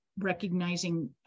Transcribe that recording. recognizing